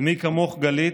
מי כמוך, גלית,